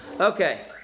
Okay